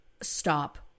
stop